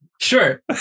Sure